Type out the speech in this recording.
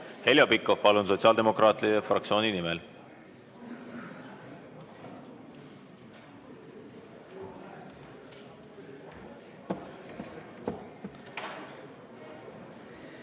Heljo Pikhof, palun, sotsiaaldemokraatide fraktsiooni nimel!